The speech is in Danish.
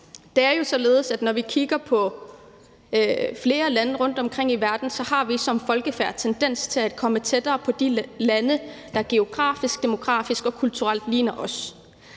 Det er jo således, at når vi kigger på flere lande rundtomkring i verden, har vi som folkefærd tendens til at komme tættere på de lande, der geografisk, demografisk og kulturelt ligner os.